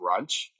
brunch